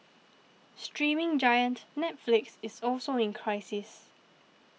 streaming giant Netflix is also in crisis